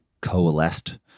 coalesced